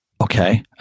okay